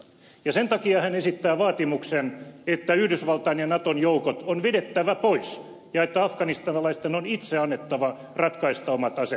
ja sen takia hän esittää vaatimuksen että yhdysvaltain ja naton joukot on vedettävä pois ja että afganistanilaisten on itse annettava ratkaista omat asiansa